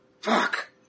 fuck